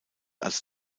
als